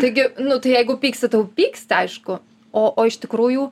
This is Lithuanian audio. taigi nu tai jeigu pyksti tai jau pyksti aišku o o iš tikrųjų